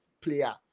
player